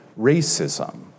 racism